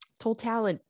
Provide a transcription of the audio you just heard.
total